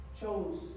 chose